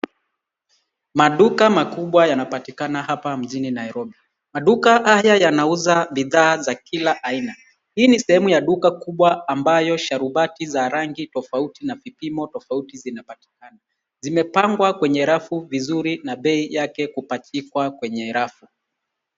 Maduka makubwa yanapatikana hapa mjini Nairobi. Maduka haya yanauza bidhaa za kila aina. Hii ni sehemu ya duka kubwa ambayo sharubati za rangi tofauti na vipimo tofauti zinapatikana. Zimepangwa kwenye rafu vizuri na bei yake kupachikwa kwenye rafu.